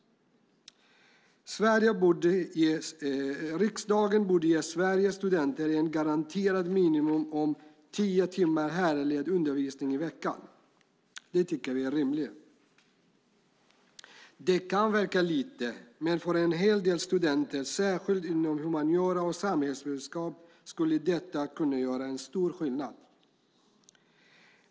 Riksdagen borde ge Sveriges studenter en garanterad miniminivå om tio timmar lärarledd undervisning i veckan. Det tycker vi är rimligt. Det kan verka lite. Men för en hel del studenter, särskilt inom humaniora och samhällsvetenskap, skulle detta kunna göra en stor skillnad.